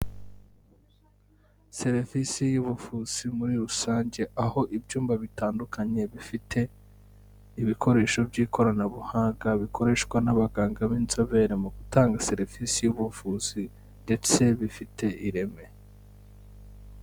Serivisi y'ubuvuzi muri rusange, aho ibyumba bitandukanye bifite ibikoresho by'ikoranabuhanga bikoreshwa n'abaganga b'inzobere mu gutanga serivisi y'ubuvuzi ndetse bifite ireme.